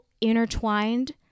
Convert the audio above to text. intertwined